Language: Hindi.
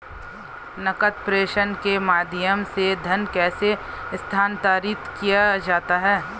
नकद प्रेषण के माध्यम से धन कैसे स्थानांतरित किया जाता है?